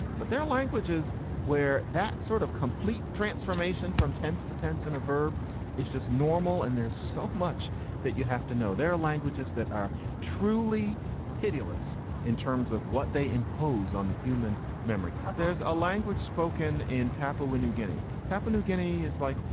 but there are languages where that sort of complete transformation from tense to tense and a verb is just normal and there's so much that you have to know. there are languages that are truly pitiless in terms of what they impose on the human memory. there's a language spoken in papua new guinea. papua new guinea is like,